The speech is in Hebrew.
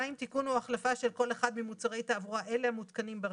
תיקון או החלפה של כל אחד ממוצרי תעבורה אלה המותקנים ברכב: